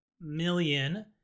million